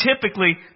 typically